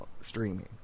streaming